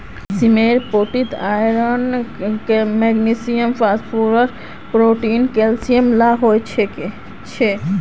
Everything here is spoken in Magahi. सीमेर पोटीत copper, iron, magnesium, phosphorus, protein, calcium ला हो छे